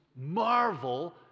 marvel